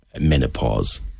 menopause